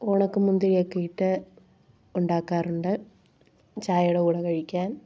ഉണക്കമുന്തിരിയൊക്കെ ഇട്ട് ഉണ്ടാക്കാറുണ്ട് ചായേടെ കൂടെ കഴിക്കാൻ